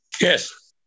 Yes